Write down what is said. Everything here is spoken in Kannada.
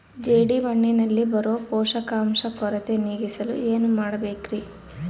ಜೇಡಿಮಣ್ಣಿನಲ್ಲಿ ಬರೋ ಪೋಷಕಾಂಶ ಕೊರತೆ ನೇಗಿಸಲು ಏನು ಮಾಡಬೇಕರಿ?